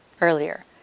earlier